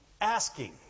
asking